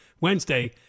Wednesday